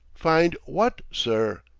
find what, sir?